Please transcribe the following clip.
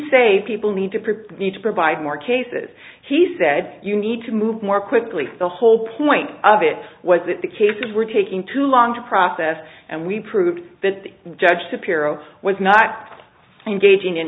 say people need to prepare need to provide more cases he said you need to move more quickly the whole point of it was that the cases were taking too long to process and we proved that the judge to pirro was not engaging in